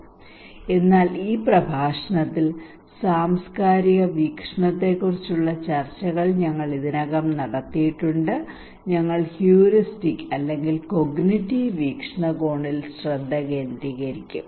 അതിനാൽ ഈ പ്രഭാഷണത്തിൽ സാംസ്കാരിക വീക്ഷണത്തെക്കുറിച്ചുള്ള ചർച്ചകൾ ഞങ്ങൾ ഇതിനകം നടത്തിയിട്ടുണ്ട് ഞങ്ങൾ ഹ്യൂറിസ്റ്റിക് അല്ലെങ്കിൽ കോഗ്നിറ്റീവ് വീക്ഷണകോണിൽ ശ്രദ്ധ കേന്ദ്രീകരിക്കും